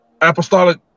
apostolic